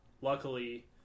luckily